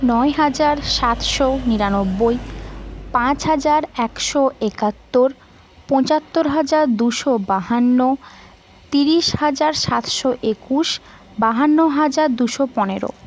নয় হাজার সাতশো নিরানব্বই পাঁচ হাজার একশো একাত্তর পঁচাত্তর হাজার দুশো বাহান্ন তিরিশ হাজার সাতশো একুশ বাহান্ন হাজার দুশো পনেরো